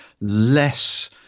less